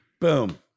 Boom